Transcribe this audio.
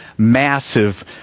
massive